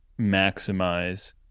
maximize